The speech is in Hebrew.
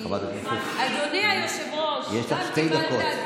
חברת הכנסת, יש לך שתי דקות.